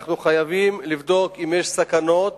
אנחנו חייבים לבדוק אם יש סכנות